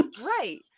Right